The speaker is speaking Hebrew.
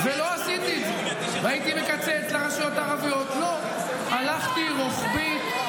השר סמוטריץ', אתה לא מכיר את